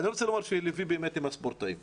ליבי באמת עם הספורטאים.